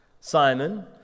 Simon